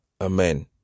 Amen